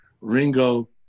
Ringo